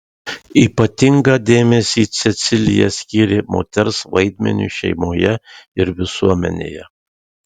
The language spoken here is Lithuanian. ypatingą dėmesį cecilija skyrė moters vaidmeniui šeimoje ir visuomenėje